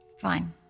Fine